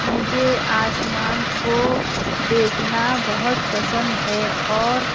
مجھے آسمان کو دیکھنا بہت پسند ہے اور